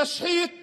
שמשחית